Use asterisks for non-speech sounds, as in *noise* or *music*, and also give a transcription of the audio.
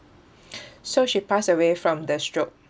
*breath* so she passed away from the stroke